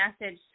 message